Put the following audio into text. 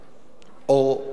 או ברוב הפעמים.